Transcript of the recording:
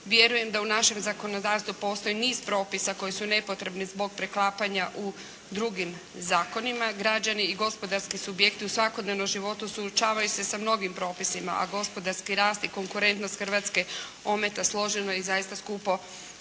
vjerujem da u našem zakonodavstvu postoji niz propisa koji su nepotrebni zbog preklapanja u drugim zakonima građani i gospodarski subjekti u svakodnevnom životu suočavaju se sa mnogim propisima, a gospodarski rast i konkurentnost Hrvatske ometa složeno i zaista skupo